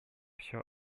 все